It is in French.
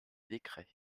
décrets